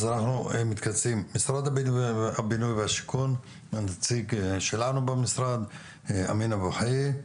משרד הבינוי והשיכון הנציג שלנו במשרד אמין אבו חייה,